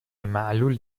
معلول